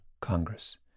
Congress